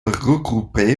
regroupés